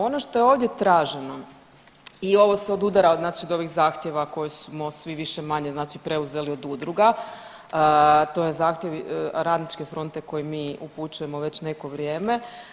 Ono što je ovdje traženo i ovo se odudara znači od ovih zahtjeva koji smo svi više-manje preuzeli znači od udruga, to je zahtjev Radničke fronte koji mi upućujemo već neko vrijeme.